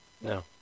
No